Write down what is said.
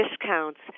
discounts